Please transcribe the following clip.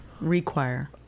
Require